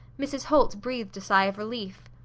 mrs. holt breathed a sigh of relief.